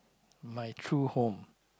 my true home